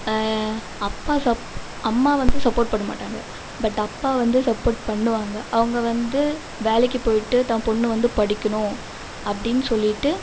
அப்பா சப் அம்மா வந்து சப்போர்ட் பண்ணமாட்டாங்க பட் அப்பா வந்து சப்போர்ட் பண்ணுவாங்க அவங்க வந்து வேலைக்கு போய்ட்டு தான் பெண்ணு வந்து படிக்கணும் அப்படின்னு சொல்லிவிட்டு